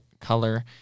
color